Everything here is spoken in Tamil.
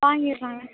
வாங்கிடலாங்க